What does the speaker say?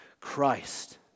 Christ